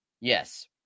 Yes